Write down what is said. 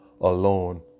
alone